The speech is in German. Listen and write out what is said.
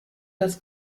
das